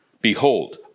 behold